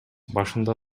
башында